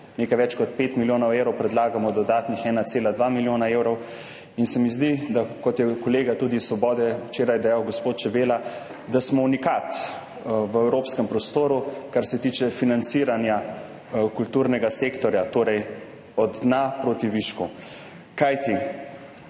nekaj več kot 5 milijonov evrov predlagamo dodatnih 1,2 milijona evra. In se mi zdi, kot je tudi kolega iz Svobode včeraj dejal, gospod Čebela, da smo unikat v evropskem prostoru kar se tiče financiranja kulturnega sektorja, torej od dna proti višku. Kajti